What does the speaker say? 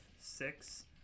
six